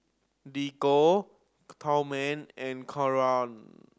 Diego Tillman and Clora